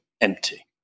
empty